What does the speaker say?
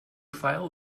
file